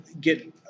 get